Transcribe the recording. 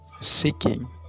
seeking